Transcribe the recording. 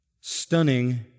stunning